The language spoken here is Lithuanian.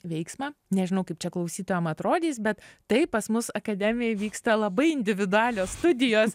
veiksmą nežinau kaip čia klausytojam atrodys bet taip pas mus akademijoj vyksta labai individualios studijos